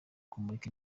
kumurika